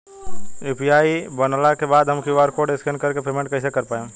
UPI बनला के बाद हम क्यू.आर कोड स्कैन कर के पेमेंट कइसे कर पाएम?